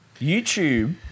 YouTube